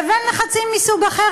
לבין לחצים מסוג אחר.